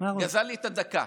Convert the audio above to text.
לי את הדקה.